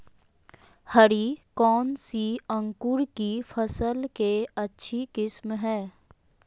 हरी कौन सी अंकुर की फसल के अच्छी किस्म है?